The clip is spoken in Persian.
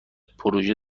پروژه